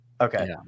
okay